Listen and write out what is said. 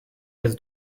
his